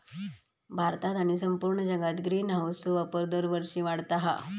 भारतात आणि संपूर्ण जगात ग्रीनहाऊसचो वापर दरवर्षी वाढता हा